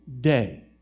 day